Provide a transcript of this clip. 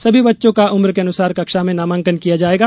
सभी बच्चों का उम्र के अनुसार कक्षा में नामांकन किया जायेगा